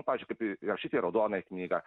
pavyzdžiui kaip įrašyta į raudonąją knygą